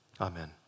amen